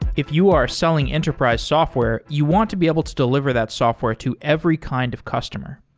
if you are selling enterprise software, you want to be able to deliver that software to every kind of customer.